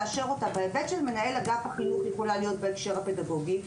בהיבט של מנהל אגף החינוך הסירוב יכול להיות בהקשר הפדגוגי,